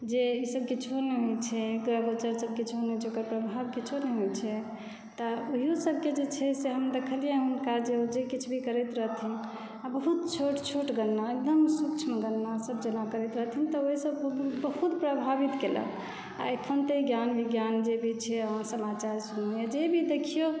जे ई सब किछो नहि छै एकरा ओकर प्रभाव किछो नहि होइ छै तए इहो सबके जे छै से हम देखलियै हुनका जे ओ जे किछु भी करैत रहथिन आ बहुत छोट छोट गणना एगदम सूक्ष्म गणना सब जेना करैत रहथिन तऽ ओहिसँ बहुत प्रभावित केलक आ एखन तऽ ई ज्ञान विज्ञान जे भी छै अहाँ समाचार सुनबै जे भी देखियौ